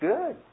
Good